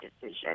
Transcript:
decision